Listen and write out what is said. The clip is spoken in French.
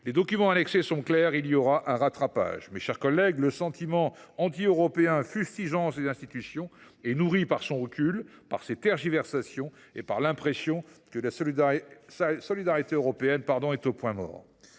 Les documents annexés sont clairs, il y aura un rattrapage ! Le sentiment anti européen fustigeant les institutions est nourri par ces reculs, par ces tergiversations et par l’impression que la solidarité européenne est au point mort.